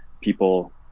people